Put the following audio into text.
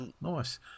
Nice